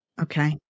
Okay